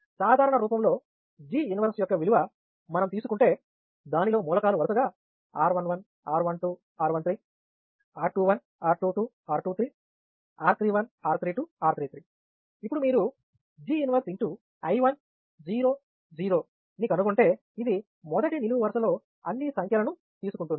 సాధారణ రూపంలో G 1 యొక్క విలువ మనం తీసుకుంటే దానిలో మూలకాలు వరుసగా r11 r12 r13 r21 r22 r23 r31 r32 r33 ఇప్పుడు మీరు G 1 I1 0 0 ని కనుగొంటే ఇది మొదటి నిలువు వరుసలో అన్ని సంఖ్యలను తీసుకుంటుంది